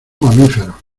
mamíferos